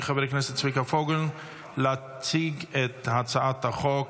חבר הכנסת צביקה פוגל להציג את הצעת החוק.